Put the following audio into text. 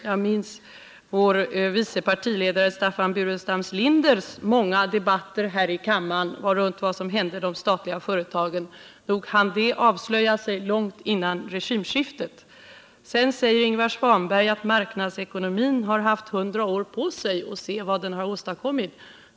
Jag minns mycket väl vår vice partiledare Staffan Burenstam Linders många debatter här i kammaren runt vad som hände de statliga företagen, så nog hann de avslöja sig långt före regimskiftet. Sedan säger Ingvar Svanberg att marknadsekonomin har haft hundra år på sig — men se vad den har åstadkommit!